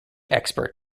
expert